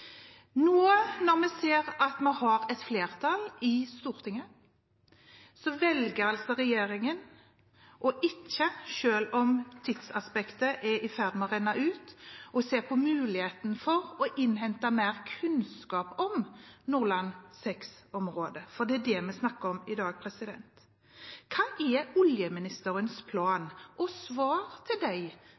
når vi ser at vi har et flertall i Stortinget, velger altså regjeringen, selv om tiden er i ferd med å renne ut, ikke å se på muligheten for å innhente mer kunnskap om Nordland VI-området, for det er det vi snakker om i dag. Hva er oljeministerens plan og svar til de